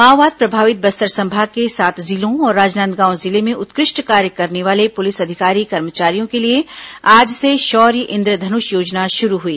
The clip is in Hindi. माओवाद प्रभावित बस्तर संभाग के सात जिलों और राजनांदगांव जिले में उत्कृष्ट कार्य करने वाले पुलिस अधिकारी कर्मचारियों के लिए आज से शौर्य इन्द्रधनुष योजना शुरू हुई